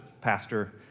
pastor